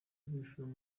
bishyura